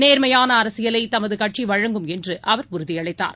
நேர்மையானஅரசியலைதமதுகட்சிவழங்கும் என்றுஅவர் உறுதியளித்தார்